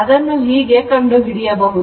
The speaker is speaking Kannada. ಅದನ್ನು ಹೀಗೆ ಕಂಡುಹಿಡಿಯಬಹುದು